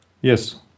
Yes